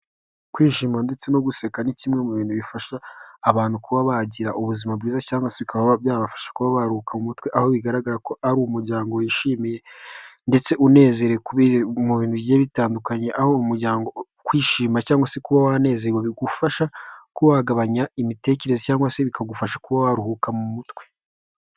Kwishima ndetse no guseka ni kimwe mu bintu bifasha abantu kuba bagira ubuzima bwiza cyangwa se bikaba byabafasha kuba baruhuka mu mutwe, aho bigaragara ko ari umuryango wishimye ndetse unezerewe mu bintu bigiye bitandukanye, aho kwishima cyangwa se kuba wanezewe bigufasha kuba wagabanya imitekerereze cyangwa se bikagufasha kuba waruhuka mu mutwe.